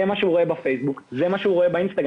זה מה שהוא רואה בפייסבוק וזה מה שהוא רואה באינסטגרם.